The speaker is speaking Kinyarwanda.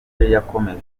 yakomoje